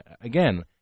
again